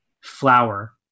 flower